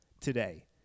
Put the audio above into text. today